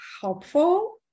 helpful